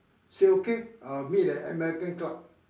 say okay I'll meet at American club